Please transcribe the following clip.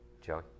Joey